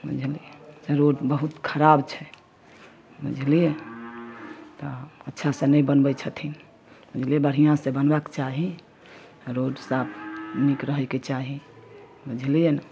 बुझलियै रोड बहुत खराब छै बुझलियै तऽ अच्छा से नहि बनबै छथिन बुझलियै बढ़िऑं से बनबाक चाही रोड सब नीक रहैके चाही बुझलियै ने